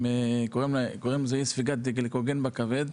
קוראים לזה אי ספיגת גליקוגן בכבד,